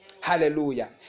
Hallelujah